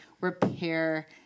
repair